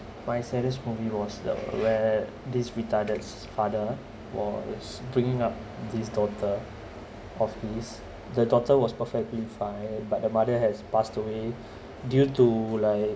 my saddest movie was the where this retarded's father was bringing up this daughter of his the daughter was perfectly fine but the mother has passed away due to like